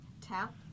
Tap